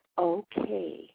okay